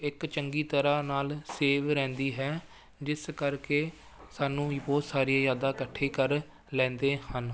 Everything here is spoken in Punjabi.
ਇੱਕ ਚੰਗੀ ਤਰ੍ਹਾਂ ਨਾਲ ਸੇਵ ਰਹਿੰਦੀ ਹੈ ਜਿਸ ਕਰਕੇ ਸਾਨੂੰ ਵੀ ਬਹੁਤ ਸਾਰੀ ਯਾਦਾਂ ਇਕੱਠੀ ਕਰ ਲੈਂਦੇ ਹਨ